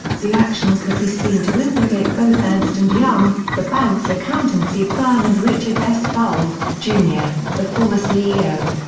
the action could be seen to implicate both ernst and young, the bank's accountancy firm and richard s. fuld, jr, the former ceo.